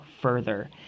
further